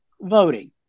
voting